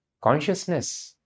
consciousness